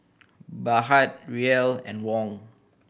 Baht Riel and Won